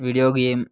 video game